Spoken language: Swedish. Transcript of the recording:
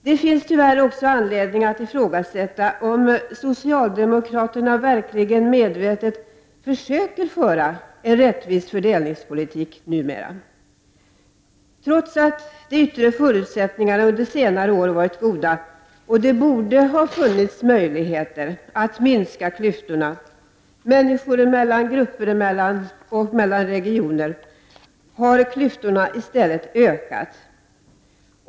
Det finns tyvärr också anledning att ifrågasätta om socialdemokraterna numera verkligen medvetet försöker att föra en rättvis fördelningspolitik. Trots att de yttre förutsättningarna under senare år har varit goda och att det borde ha funnits möjligheter att minska klyftorna mellan människor, grupper och regioner har de i stället ökat.